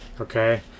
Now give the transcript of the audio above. Okay